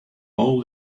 all